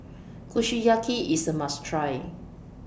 Kushiyaki IS A must Try